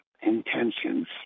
intentions